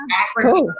africa